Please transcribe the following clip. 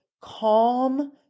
calm